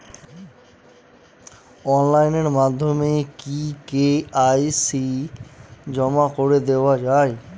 Online মাধ্যমে কি KYC জমা করে দেওয়া য়ায়?